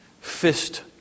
Fist